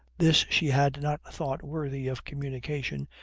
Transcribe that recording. this she had not thought worthy of communication,